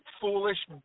foolish